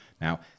Now